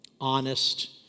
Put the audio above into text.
honest